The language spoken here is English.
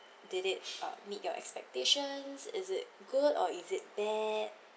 did it uh meet your expectations is it good or is it bad